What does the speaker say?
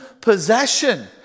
possession